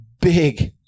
big